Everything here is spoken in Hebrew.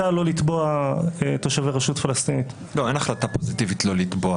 שלא מתאים למצות הליך פלילי מול אדם,